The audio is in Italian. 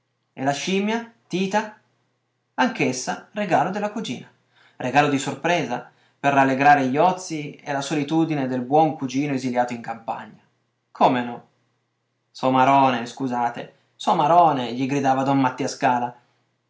e la scimmia tita anch'essa regalo della cugina regalo di sorpresa per rallegrare gli ozii e la solitudine del buon cugino esiliato in campagna come no somarone scusate somarone gli gridava don mattia scala